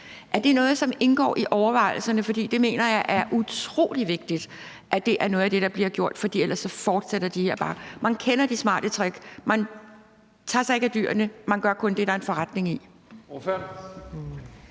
Er det noget, som indgår i overvejelserne? For jeg mener, det er utrolig vigtigt, at det er noget af det, der bliver gjort, for ellers fortsætter de bare. Man kender de smarte tricks, og man tager sig ikke af dyrene, men man gør kun det, der er forretning i.